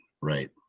Right